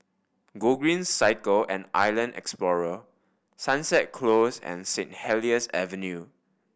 Gogreen Cycle and Island Explorer Sunset Close and Saint Helier's Avenue